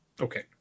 okay